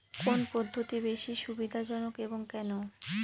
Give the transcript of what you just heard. কোন পদ্ধতি বেশি সুবিধাজনক এবং কেন?